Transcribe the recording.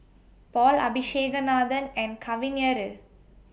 Paul Abisheganaden and Kavignareru